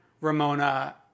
Ramona